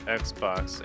xbox